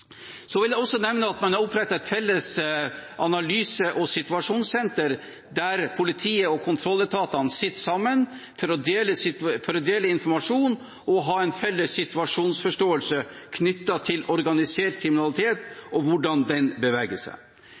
Jeg vil også nevne at man har opprettet et felles analyse- og situasjonssenter der politiet og kontrolletatene sitter sammen for å dele informasjon og ha en felles situasjonsforståelse knyttet til organisert kriminalitet og hvordan den beveger seg.